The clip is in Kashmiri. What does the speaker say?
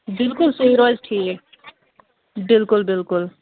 بلکُل سُے روزِ ٹھیٖک بلکُل بلکُل